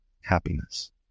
happiness